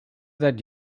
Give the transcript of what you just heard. that